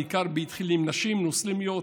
בעיקר זה התחיל עם נשים מוסלמיות.